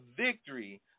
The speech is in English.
victory